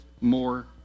more